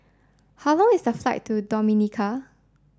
how long is the flight to Dominica